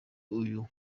uyu